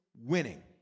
Winning